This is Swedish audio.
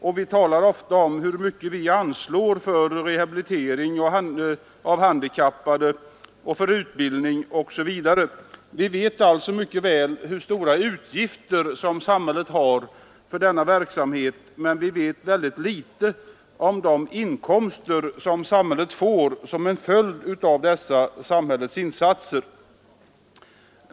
Man talar också ofta om hur mycket pengar som anslås till rehabilitering, utbildning osv. av handikappade. Vi vet alltså mycket väl hur stora utgifter samhället har för denna verksamhet, men vi vet litet om de inkomster samhället får tack vare dessa insatser.